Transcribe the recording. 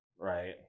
right